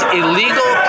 illegal